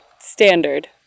standard